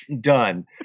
Done